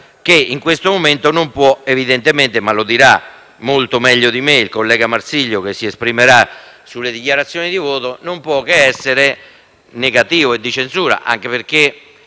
che in questo momento evidentemente - ma lo dirà molto meglio di me il collega Marsilio, che interverrà in dichiarazioni di voto - non può che essere negativo e di censura, anche perché